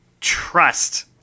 trust